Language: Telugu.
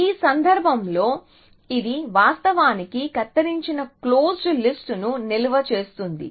ఈ సందర్భం లో ఇది వాస్తవానికి కత్తిరించిన క్లోజ్డ్ లిస్ట్ ను నిల్వ చేస్తుంది